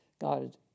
God